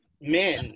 men